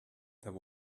there